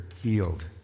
healed